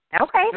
Okay